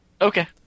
Okay